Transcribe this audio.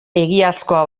egiazkoa